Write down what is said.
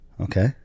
Okay